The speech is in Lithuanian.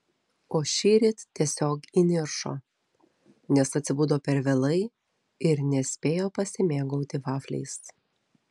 o šįryt tiesiog įniršo nes atsibudo per vėlai ir nespėjo pasimėgauti vafliais